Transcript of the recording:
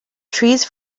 trees